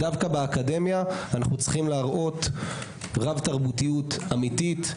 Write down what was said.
דווקא באקדמיה אנו צריכים להראות רב תרבותיות אמיתית,